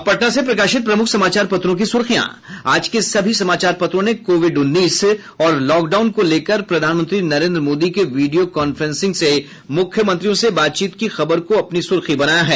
अब पटना से प्रकाशित प्रमुख समाचार पत्रों की सुर्खियां आज के सभी समाचार पत्रों ने कोविड उन्नीस और प्रधानमंत्री नरेन्द्र मोदी के वीडियो कांफ्रेसिंग से मुख्यमंत्रियों से बातचीत की खबर को अपनी सुर्खी बनाया है